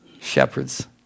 Shepherds